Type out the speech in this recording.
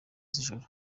z’ijoro